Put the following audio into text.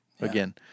again